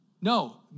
No